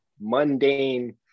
mundane